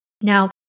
Now